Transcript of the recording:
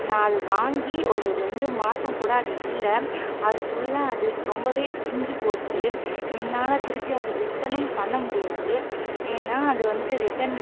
நான் அது வாங்கி ஒரு ரெண்டு மாசம்கூட அது இல்லை அதுக்குள்ளே அது ரொம்பவே பிஞ்சு போய்ச்சி என்னால் திருப்பி அதை ரிட்டனும் பண்ண முடியாது ஏன்னால் அது வந்துட்டு ரிட்டன்